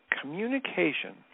Communication